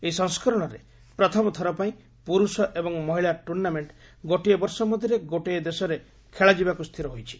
ଏହି ସଂସ୍କରଣରେ ପ୍ରଥମ ଥରପାଇଁ ପୁରୁଷ ଏବଂ ମହିଳା ଟୁର୍ଣ୍ଣାମେଣ୍ଟ ଗୋଟିଏ ବର୍ଷ ମଧ୍ୟରେ ଗୋଟିଏ ଦେଶରେ ଖେଳାଯିବାକୁ ସ୍ଥିର ହୋଇଛି